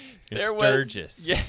Sturgis